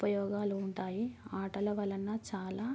ఉపయోగాలు ఉంటాయి ఆటల వలన చాలా